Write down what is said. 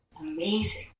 Amazing